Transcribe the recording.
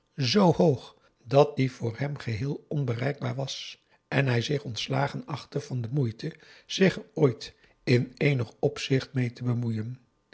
z hoog dat die voor hem geheel onbereikbaar was en hij zich ontslagen achtte van de moeite zich er ooit in eenig opzicht mee te bemoeien